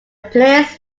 players